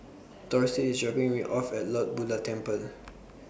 Dorsey IS dropping Me off At Lord Buddha Temple